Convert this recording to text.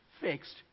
fixed